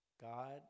God